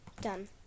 Done